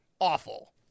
awful